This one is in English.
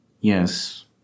Yes